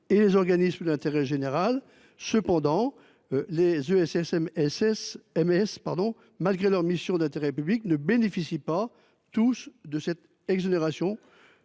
et les organismes d’intérêt général. Les ESSMS, malgré leur mission d’intérêt public, ne bénéficient pas tous de cette exonération